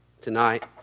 Tonight